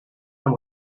and